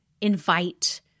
invite